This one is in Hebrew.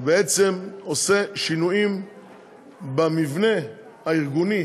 שעושה שינויים במבנה הארגוני